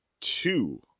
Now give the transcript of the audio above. two